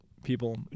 people